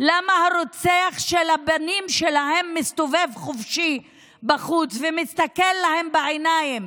למה הרוצח של הבנים שלהם מסתובב חופשי בחוץ ומסתכל להם בעיניים